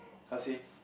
how say